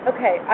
Okay